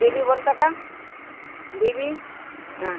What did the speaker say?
baby बोलता का baby हा